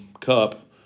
Cup